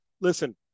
Listen